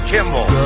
Kimball